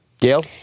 Gail